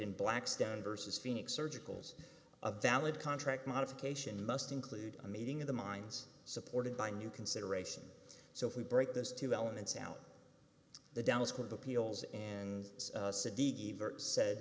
in blackstone versus phoenix surgical was a valid contract modification must include a meeting of the minds supported by new consideration so if we break those two elements out the dallas court appeals and said